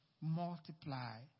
multiply